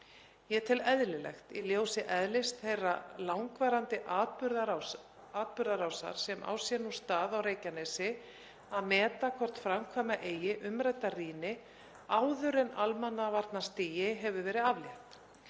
Ég tel eðlilegt í ljósi eðlis þeirra langvarandi atburðarásar sem á sér nú stað á Reykjanesi að meta hvort framkvæma eigi umrædda rýni áður en almannavarnastigi hefur verið aflétt.